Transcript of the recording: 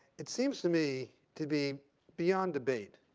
it seems to me, to be beyond debate,